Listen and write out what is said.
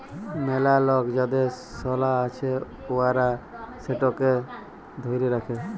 ম্যালা লক যাদের সলা আছে উয়ারা সেটকে ধ্যইরে রাখে